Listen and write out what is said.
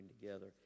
together